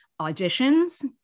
auditions